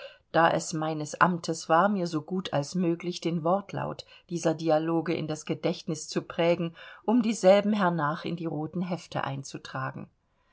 da es meines amtes war mir so gut als möglich den wortlaut dieser dialoge in das gedächtnis zu prägen um dieselben hernach in die roten hefte einzutragen